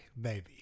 baby